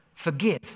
Forgive